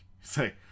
Say